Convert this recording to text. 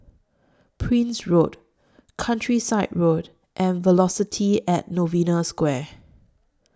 Prince Road Countryside Road and Velocity At Novena Square